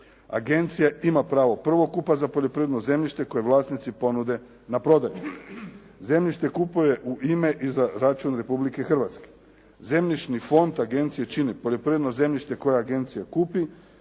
Agencija ima pravo prvokupa za poljoprivredno zemljište koje vlasnici ponude na prodaju. Zemljište kupuje u ime i za račun Republike Hrvatske. Zemljišni fond agencije čine poljoprivredno zemljište koje agencija kupi.